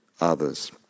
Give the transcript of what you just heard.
others